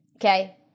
okay